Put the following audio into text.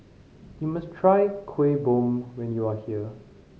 you must try Kuih Bom when you are here